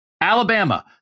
Alabama